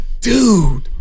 Dude